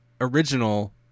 original